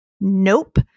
Nope